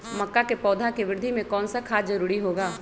मक्का के पौधा के वृद्धि में कौन सा खाद जरूरी होगा?